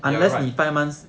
you're right